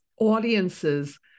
audiences